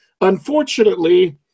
Unfortunately